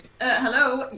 Hello